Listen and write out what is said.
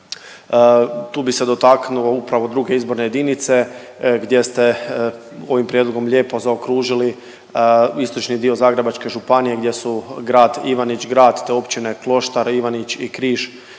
Tu bih se dotaknuo upravo druge izborne jedinice gdje ste ovim prijedlogom lijepo zaokružili istočni dio Zagrebačke županije gdje su grad Ivanić grad, te općine Kloštar Ivanić i Križ